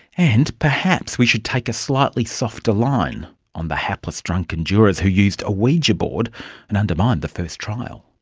and perhaps we should take a slightly softer line on the hapless drunken jurors who used a ouija board and undermined the first trial.